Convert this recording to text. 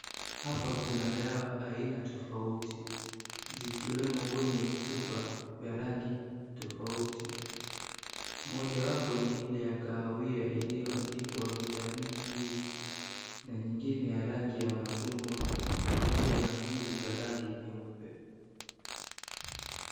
Hapa kuna dawa aina tofauti, zikiwemo kwenye vichupa vya rangi tofauti, mojawapo ni ile ya kahawia iliyoandikwa Vitamin D , na nyingine ya rangi ya machungwa, pamoja na mbili ya rangi nyeupe.